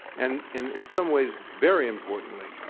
and in in some ways very importantly,